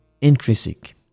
intrinsic